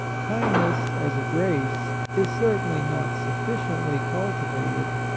kindness, as a grace, is certainly not sufficiently culti vated,